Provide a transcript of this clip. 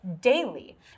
daily